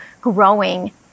growing